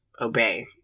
obey